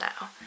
now